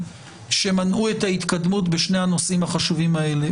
שמנעו את ההתקדמות בשני הנושאים החשובים האלה.